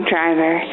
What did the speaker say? Driver